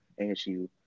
ASU